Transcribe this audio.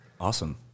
awesome